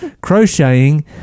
crocheting